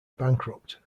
bankrupt